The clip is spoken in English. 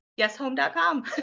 yeshome.com